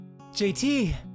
JT